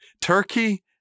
Turkey